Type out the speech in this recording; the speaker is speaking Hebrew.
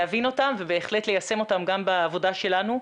להבין אותם ובהחלט ליישם אותם גם בעבודה שלנו.